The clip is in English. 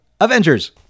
Avengers